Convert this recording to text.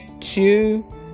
two